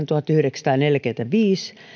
tuhatyhdeksänsataaneljäkymmentäviisi